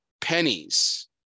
Pennies